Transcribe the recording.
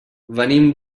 venim